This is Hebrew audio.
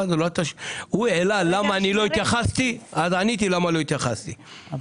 הוא אמר למה אני לא התייחסתי ואמרתי למה לא התייחסתי.